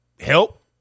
help